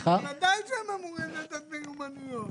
בוודאי שהם אמורים לתת מיומנויות.